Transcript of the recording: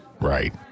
Right